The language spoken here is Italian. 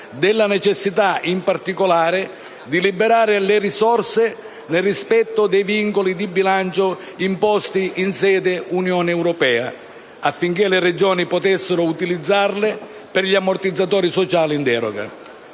della necessità, in particolare, di liberare le risorse, nei rispetto dei vincoli di bilancio imposti in sede di Unione europea, affinché le Regioni potessero utilizzarle per gli ammortizzatori sociali in deroga.